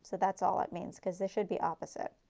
so that's all it means because this should be opposite.